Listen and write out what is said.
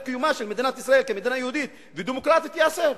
קיומה של מדינת ישראל כמדינה יהודית ודמוקרטית ייאסר.